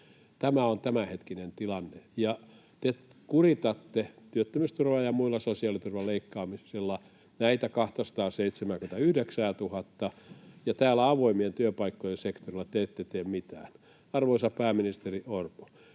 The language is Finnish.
Tämä on tämänhetkinen tilanne, ja te kuritatte työttömyysturvan ja muun sosiaaliturvan leikkaamisella näitä 279 000:ta, ja täällä avoimien työpaikkojen sektorilla te ette tee mitään. Arvoisa pääministeri Orpo,